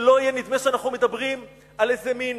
שלא יהיה נדמה שאנחנו מדברים על איזה מין